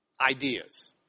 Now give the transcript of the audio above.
ideas